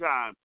Time